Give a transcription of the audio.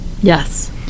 Yes